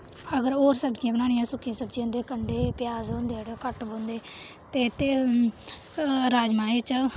अगर होर सब्जियां बनानियां सुक्कियां सब्जियां ते गंडे प्याज होंदे जेह्ड़े ओह् घट्ट पौंदे ते ते राजमांहें च